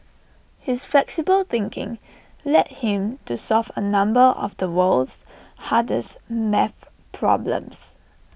his flexible thinking led him to solve A number of the world's hardest math problems